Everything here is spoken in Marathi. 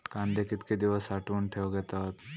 कांदे कितके दिवस साठऊन ठेवक येतत?